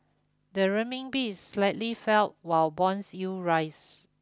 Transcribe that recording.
the Ren Min Bi slightly fell while bonds yield rise